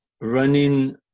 running